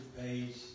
page